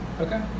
Okay